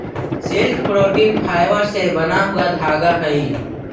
silk protein fibre से बना हुआ धागा हई